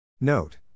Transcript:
Note